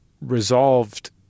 resolved